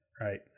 right